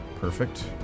Perfect